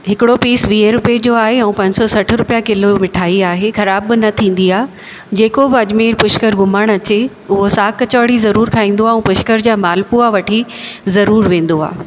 हिकिड़ो पीस वीह रुपिए जो आहे ऐं पंज सौ सठि रुपिया किलो मिठाई आहे ख़राब बि न थींदी आहे जेको बि अजमेर पुष्कर घुमणु अचे उहो साग कचौड़ी ज़रूर खाईंदो आहे ऐं पुष्कर जा माल पुआ वठी ज़रूर वेंदो आहे